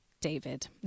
david